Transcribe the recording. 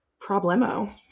problemo